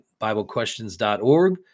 biblequestions.org